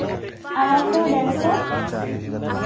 ᱟᱲᱟᱭ ᱥᱚ ᱰᱮᱲ ᱥᱚ